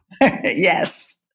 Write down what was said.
Yes